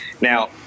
now